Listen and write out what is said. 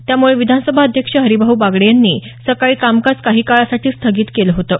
त्यामुळे विधानसभा अध्यक्ष हरीभाऊ बागडे यांनी सकाळी कामकाज काही काळासाठी स्थगित केलं होतं